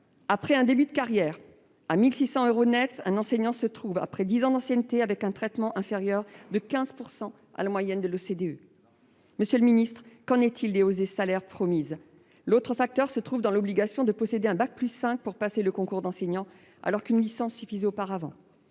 Après un début de carrière à 1 600 euros net, un enseignant qui a atteint dix ans d'ancienneté perçoit un traitement inférieur de 15 % à la moyenne de l'OCDE. Monsieur le ministre, qu'en est-il de la hausse des salaires promise ? Un autre facteur d'explication se trouve dans l'obligation de posséder un bac+5 pour passer le concours d'enseignant alors qu'une licence suffisait auparavant.